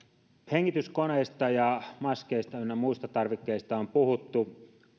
hengityskoneista ja maskeista ynnä muista tarvikkeista on puhuttu